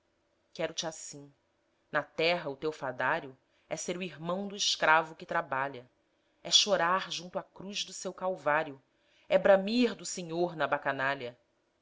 desgraça quero-te assim na terra o teu fadário é ser o irmão do escravo que trabalha é chorar junto à cruz do seu calvário é bramir do senhor na